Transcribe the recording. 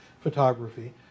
photography